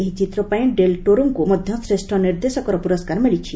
ଏହି ଚିତ୍ର ପାଇଁ ଡେଲ୍ ଟୋରୋଙ୍କୁ ମଧ୍ୟ ଶ୍ରେଷ୍ଠ ନିର୍ଦ୍ଦେଶକର ପୁରସ୍କାର ମିଳିଛି